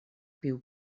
piu